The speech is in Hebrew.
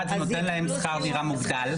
אחד זה נותן להן שכר דירה מוגדל,